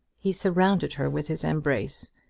he surrounded her with his embrace,